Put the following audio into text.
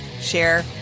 share